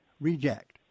reject